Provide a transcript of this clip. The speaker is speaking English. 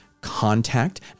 contact